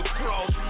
cross